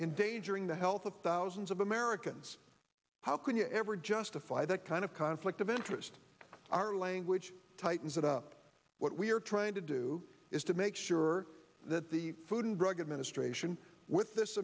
in danger in the health of thousands of americans how can you ever justify that kind of conflict of interest our language tightens it up what we're trying to do is to make sure that the food and drug administration with this